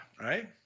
right